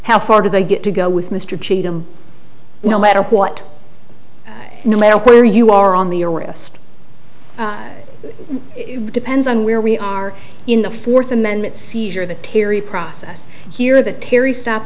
how far do they get to go with mr cheatham no matter what no matter where you are on the arrest it depends on where we are in the fourth amendment seizure of the terry process here the terry stop